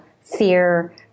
fear